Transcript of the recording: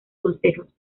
consejos